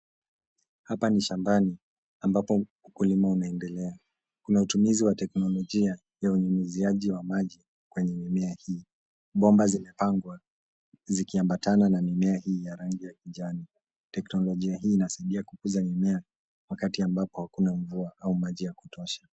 Hapa ni shambani ambapo ukulima unaendelea. Kuna utumizi wa teknolojia ya unyunyizaji wa maji kwenye mimea hii. Bomba zimepangwa zikiambatana na mimea hii ya rangi ya kijani. Teknolojia hii inasaidia kukuza mimea wakati ambapo hakuna mvua au maji ya kutosha.